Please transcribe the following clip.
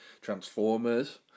Transformers